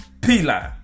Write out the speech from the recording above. P-Line